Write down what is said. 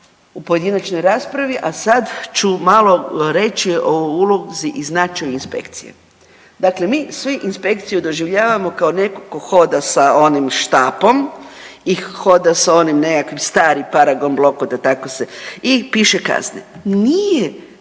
u pojedinačnoj raspravi, a sad ću malo reći o ulozi i značaju inspekcije. Dakle mi svi inspekciju doživljavamo kao nekog tko hoda sa onim štapom i hoda sa onim nekakvim starim paragon blokom da tako se i piše kazne. Nije